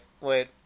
wait